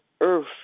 earth